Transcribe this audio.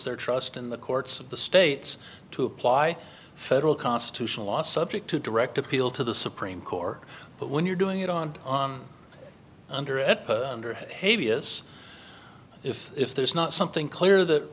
their trust in the courts of the states to apply federal constitutional law subject to direct appeal to the supreme court but when you're doing it on under it under havey is if if there's not something clear that